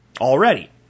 already